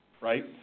right